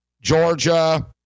Georgia